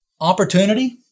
Opportunity